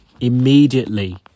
immediately